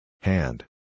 Hand